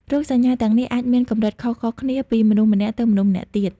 រោគសញ្ញាទាំងនេះអាចមានកម្រិតខុសៗគ្នាពីមនុស្សម្នាក់ទៅមនុស្សម្នាក់ទៀត។